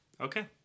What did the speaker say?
Okay